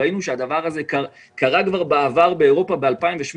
ראינו שהדבר הזה קרה כבר באירופה ב-2008,